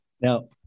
Now